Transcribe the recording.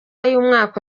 y’umwaka